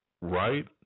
right